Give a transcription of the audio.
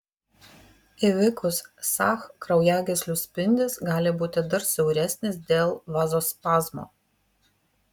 įvykus sah kraujagyslių spindis gali būti dar siauresnis dėl vazospazmo